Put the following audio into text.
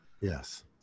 Yes